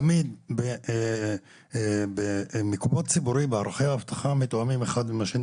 תמיד במקומות ציבוריים מערכי האבטחה מתואמים אחד עם השני.